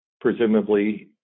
presumably